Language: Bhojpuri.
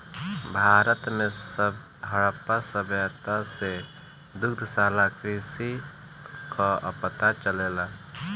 भारत में हड़प्पा सभ्यता से दुग्धशाला कृषि कअ पता चलेला